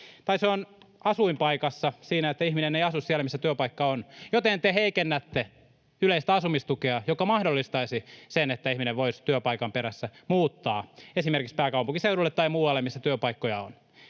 Tai se on asuinpaikassa, siinä, että ihminen ei asu siellä, missä työpaikka on, joten te heikennätte yleistä asumistukea, joka mahdollistaisi sen, että ihminen voisi työpaikan perässä muuttaa esimerkiksi pääkaupunkiseudulle tai muualle, missä työpaikkoja on.